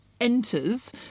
enters